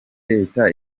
leta